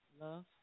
Love